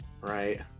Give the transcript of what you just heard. Right